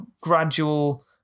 gradual